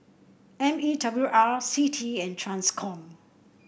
M E W R C T E and Transcom